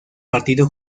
partido